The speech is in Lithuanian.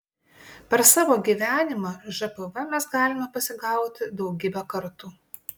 per savo gyvenimą žpv mes galime pasigauti daugybę kartų